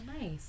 nice